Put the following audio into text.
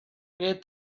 get